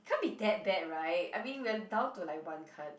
can't be that bad right I mean we're down to like one card